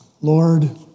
Lord